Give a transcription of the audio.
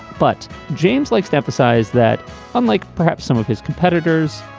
but james likes to emphasize that unlike perhaps some of his competitors,